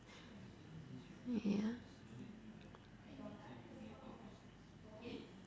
yeah